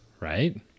right